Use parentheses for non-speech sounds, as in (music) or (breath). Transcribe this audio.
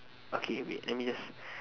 okay wait let me just (breath)